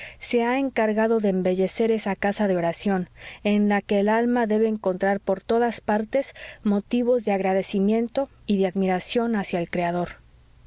se ha encargado de embellecer esa casa de oración en la que el alma debe encontrar por todas partes motivos de agradecimiento y de admiración hacia el creador